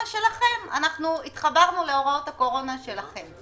התחברנו להוראות הקורונה שלכם.